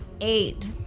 Eight